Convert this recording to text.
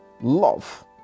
love